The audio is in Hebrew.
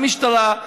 המשטרה,